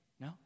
No